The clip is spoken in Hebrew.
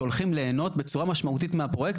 שהולכים ליהנות בצורה משמעותית מהפרויקט